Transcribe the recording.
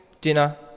dinner